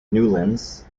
newlands